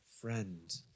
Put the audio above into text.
friend